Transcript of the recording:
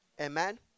amen